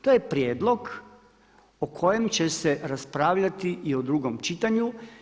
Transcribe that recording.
To je prijedlog o kojem će se raspravljati i u drugom čitanju.